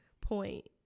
point